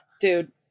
dude